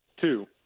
Two